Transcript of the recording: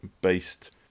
based